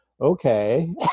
Okay